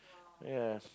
ya